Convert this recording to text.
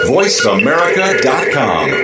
VoiceAmerica.com